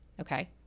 okay